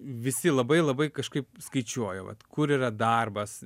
visi labai labai kažkaip skaičiuoja vat kur yra darbas